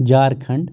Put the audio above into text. Jharkhand